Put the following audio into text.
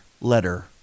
letter